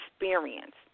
experience